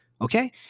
okay